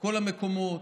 כל המקומות,